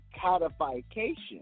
codification